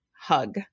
hug